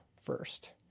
first